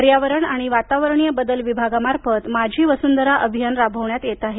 पर्यावरण आणि वातावरणीय बदल विभागामार्फत माझी वसुंधरा अभियान राबवण्यात येत आहे